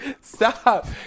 stop